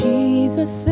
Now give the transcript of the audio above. Jesus